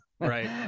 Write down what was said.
right